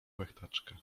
łechtaczka